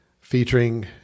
featuring